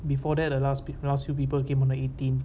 before that the last last few people came on the eighteen